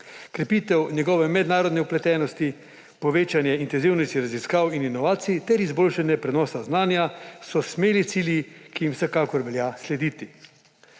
krepitev njegove mednarodne vpletenosti, povečanje intenzivnejših raziskav in inovacij ter izboljšanje prenosa znanja. To so smeli cilji, ki jih vsekakor velja slediti.